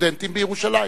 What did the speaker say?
הסטודנטים בירושלים.